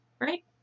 right